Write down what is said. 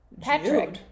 Patrick